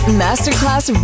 masterclass